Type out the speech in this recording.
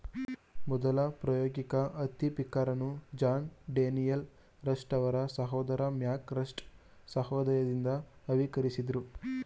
ಮೊದಲ ಪ್ರಾಯೋಗಿಕ ಹತ್ತಿ ಪಿಕ್ಕರನ್ನು ಜಾನ್ ಡೇನಿಯಲ್ ರಸ್ಟ್ ಅವರ ಸಹೋದರ ಮ್ಯಾಕ್ ರಸ್ಟ್ ಸಹಾಯದಿಂದ ಆವಿಷ್ಕರಿಸಿದ್ರು